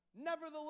Nevertheless